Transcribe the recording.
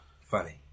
Funny